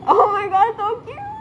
oh my god so cute